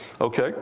Okay